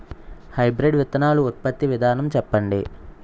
Hybrid విత్తనాలు ఉత్పత్తి విధానం చెప్పండి?